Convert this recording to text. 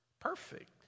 perfect